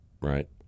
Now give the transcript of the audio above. Right